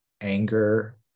anger